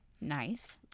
Nice